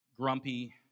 grumpy